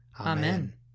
Amen